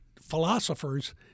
philosophers